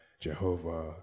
Jehovah